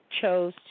chose